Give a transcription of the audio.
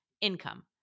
income